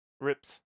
rips